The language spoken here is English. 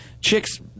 chicks